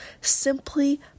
simply